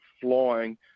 flying